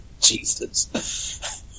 Jesus